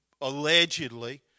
allegedly